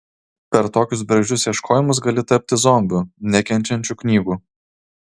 per tokius bergždžius ieškojimus gali tapti zombiu nekenčiančiu knygų